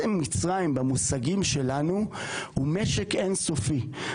מצרים במושגים שלנו הוא משק אין-סופי.